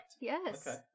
Yes